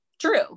true